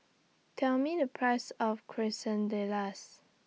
Tell Me The Price of Quesadillas